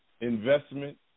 investment